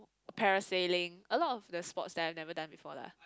parasailing a lot of the sports that I never done before lah